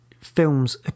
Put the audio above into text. films